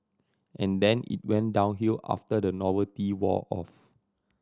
and then it went downhill after the novelty wore off